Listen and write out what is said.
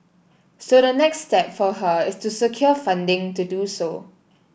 so the next step for her is to secure funding to do so